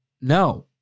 No